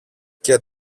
και